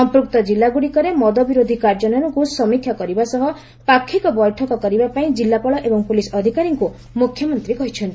ସମ୍ପୃକ୍ତ କିଲ୍ଲାଗୁଡ଼ିକରେ ମଦ ବିରୋଧି କାର୍ଯ୍ୟାନ୍ୱୟନକୁ ସମୀକ୍ଷା କରିବା ସହ ପାକ୍ଷିକ ବୈଠକ କରିବାପାଇଁ ଜିଲ୍ଲାପାଳ ଏବଂ ପୁଲିସ୍ ଅଧିକାରୀଙ୍କୁ ମୁଖ୍ୟମନ୍ତ୍ରୀ କହିଛନ୍ତି